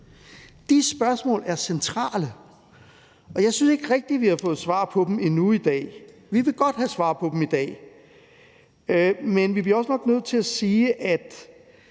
De spørgsmål er centrale, og jeg synes ikke rigtig, vi har fået svar på dem endnu i dag. Vi vil godt have svar på dem i dag. Men vi bliver også nok nødt til at sige, at